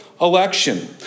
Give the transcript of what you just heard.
election